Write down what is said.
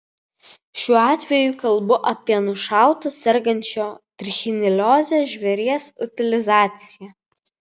šiuo atveju kalbu apie nušauto sergančio trichinelioze žvėries utilizaciją